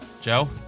joe